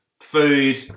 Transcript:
Food